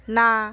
না